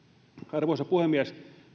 arvoisa puhemies